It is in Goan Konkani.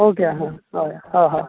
ओके हां हय हय हां हां